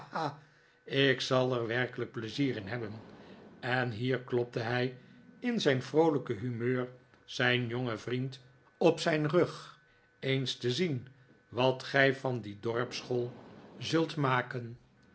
ik zal er werkelijk pleizier in hebben en hier klopte hij in zijn vroolijke humeur zijn jongen vriend op zijn rug eens te zien wat gij van die dorpsschool zult maken